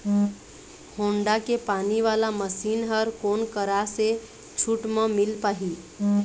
Honda के पानी वाला मशीन हर कोन करा से छूट म मिल पाही?